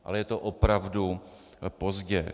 Ale je to opravdu pozdě.